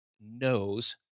knows